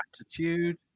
Attitude